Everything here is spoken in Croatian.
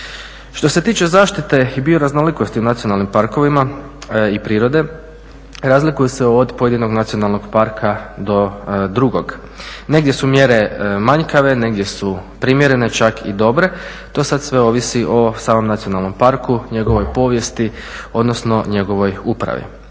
Što se tiče zaštite i bioraznolikosti u nacionalnim parkovima i prirode razlikuju se od pojedinog nacionalnog parka do drugog. Negdje su mjere manjkave, negdje su primjerene, čak i dobre. To sad sve ovisi o samom nacionalnom parku, njegovoj povijesti, odnosno njegovoj upravi.